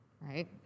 right